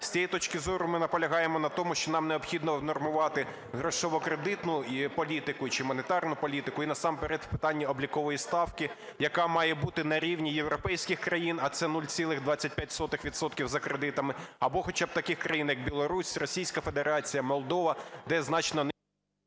З цієї точки зору ми наполягаємо на тому, що нам необхідно внормувати грошово-кредитну політику чи монетарну політику і насамперед в питанні облікової ставки, яка має бути на рівні європейських країн, а це 0,25 відсотків за кредитами або хоча б таких країн як Білорусь, Російська Федерація, Молдова, де значно…